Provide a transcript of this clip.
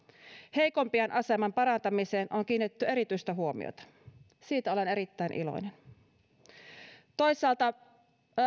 heikoimpien aseman parantamiseen on kiinnitetty erityistä huomiota siitä olen erittäin iloinen toisaalta